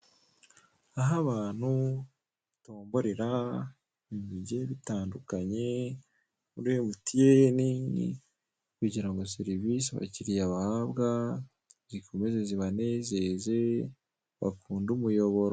Aho abantu, batomborera ibintu bigiye bitandukanye muri emutiyene, kugira ngo serivise abakiriya bahabwa zikomeze zibanezeze bakunde umuyoboro.